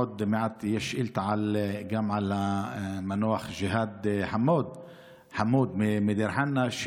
עוד מעט יש גם שאילתה על המנוח ג'יהאד חמוד מדיר חנא.